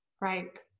Right